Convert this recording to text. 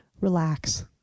relax